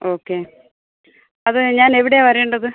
okay അത് ഞാനെവിടെയാണു വരേണ്ടത്